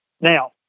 Now